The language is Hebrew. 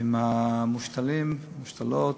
עם המושתלים, המושתלות,